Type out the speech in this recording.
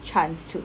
chance to